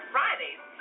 Fridays